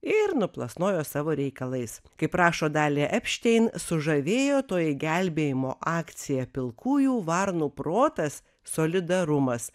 ir nuplasnojo savo reikalais kaip rašo dalia epštein sužavėjo toji gelbėjimo akcija pilkųjų varnų protas solidarumas